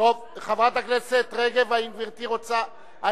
חברת הכנסת רגב, האם גברתי רוצה,